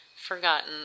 forgotten